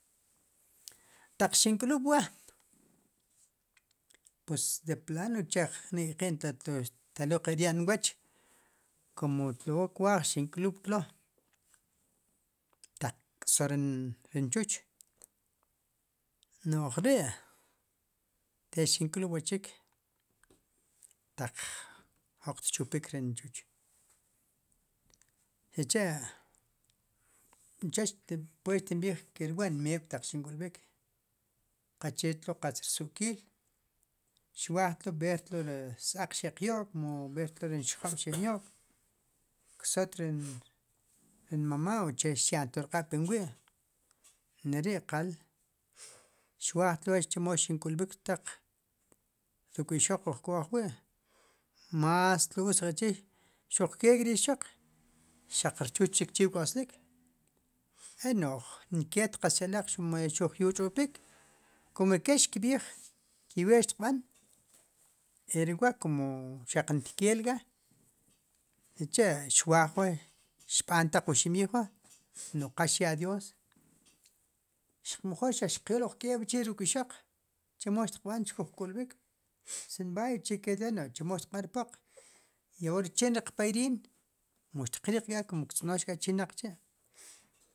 Taq xin k'lub'wa pues deplano uche jnik'qiin k'a xtelul qe rya'l nwooch, kumtlo wa kwaaj xin k'lub'tlo' taq k'sol rin chuuch no'j ri'te xin k'lub'wa chiik, taq jroq tchupik rin chuuch, sicha uche sepued xtin b'iij ke wa in meeb' taq xin k'ulb'ik. qache tlo qatz rsu'kiil, xwaajtlo veer si ws-aaq xi'nya'lo'k, mu bertlo rin xjab' xi'n ya'lo'k k'soltle rin mamá uchexya'ntlo rq'ab'pun wi' neri'qaal, xwaajtlo wa chemo xin k'ulb'ik. ruk'ixoq ink'o ajwi' mástlo utz qe'chiik, xuq kek'ri ixoq xaq rchuch chikchi'k'oslik, e nikatz keet qatz xe'laq xuq xuj yuch'u'pik. kum ke xkb'iij, kiwee xtiq b'an eri wa'kum xaq ntkeel k'a sicha' xwaaj wa' xb'antaq wu ximb'iij wa' no'j qal xyaa dioos, mejoor xaq xqlooj uj k'eeb'chi' ruk' ixoq chemo xtiqb'an xkuj k'ulb'ik. sin, b'aay uche kelo' xtiq mool ri poq i ahoor chin riq padriin muxtqriq k'a kum ktz'nox k'a chinaq chi'.